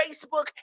Facebook